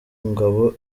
ngabo